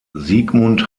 sigmund